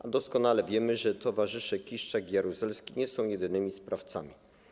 A doskonale wiemy, że towarzysze Kiszczak i Jaruzelski nie są jedynymi sprawcami.